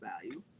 value